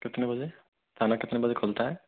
कितने बजे थाना कितने बजे खुलता है